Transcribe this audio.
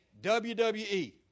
WWE